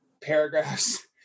paragraphs